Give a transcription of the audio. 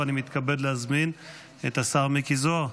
ואני מתכבד להזמין את השר מיקי זוהר,